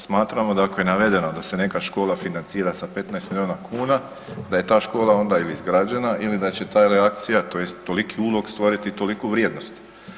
Smatramo dakle navedeno da se neka škola financira sa 15 miliona kuna da je ta škola onda ili izgrađena ili da će ta reakcija tj. toliki ulog stvoriti toliku vrijednost.